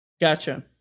Gotcha